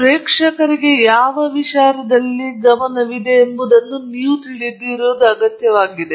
ಪ್ರೇಕ್ಷಕರು ಅವರು ಗಮನಹರಿಸಬೇಕಾದ ವಿಷಯಗಳು ಯಾವುವು ಎಂಬುದು ನಿಮಗೆ ತಿಳಿದಿರುತ್ತದೆ